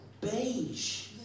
beige